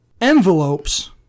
envelopes